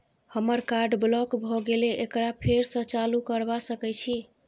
हमर card block भ गेले एकरा फेर स चालू करबा सके छि?